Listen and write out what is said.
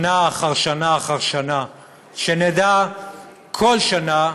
שנה אחר שנה אחר שנה, שנדע כל שנה,